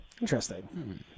Interesting